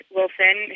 Wilson